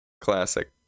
Classic